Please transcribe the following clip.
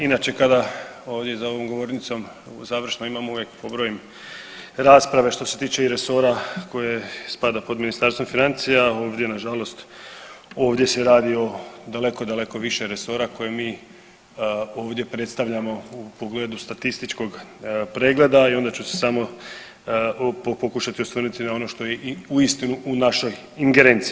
Inače kada ovdje i za ovom govornicom završno imam uvijek pobrojim rasprave što se tiče i resora koje spada pod Ministarstvom financija, ovdje nažalost ovdje se radi o daleko daleko više resora koje mi ovdje predstavljamo u pogledu statističkog pregleda i onda ću se samo pokušati osvrnuti na ono što je uistinu u našoj ingerenciji.